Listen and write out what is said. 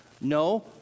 No